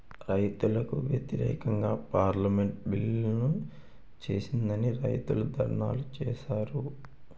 రైతులకు వ్యతిరేకంగా పార్లమెంటు బిల్లులను చేసిందని రైతులు ధర్నాలు చేశారు